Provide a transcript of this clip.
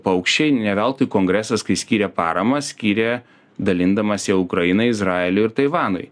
paukščiai ne veltui kongresas kai skyrė paramą skyrė dalindamas ją ukrainai izraeliui ir taivanui